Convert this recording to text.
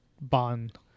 Bond